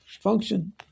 function